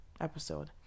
episode